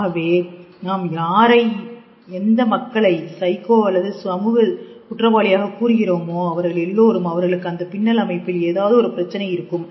ஆகவே நாம் யாரை எந்த மக்களை ஸைக்கோ அல்லது சமூக குற்றவாளியாக கூறுகிறோமோ அவர்கள் எல்லோரும் அவர்களுக்கு அந்த பின்னல் அமைப்பில் ஏதாவது ஒரு பிரச்சனை இருக்கும்